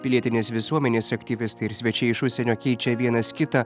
pilietinės visuomenės aktyvistai ir svečiai iš užsienio keičia vienas kitą